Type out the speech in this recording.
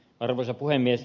arvoisa puhemies